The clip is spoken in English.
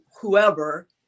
whoever